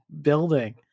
building